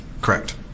Correct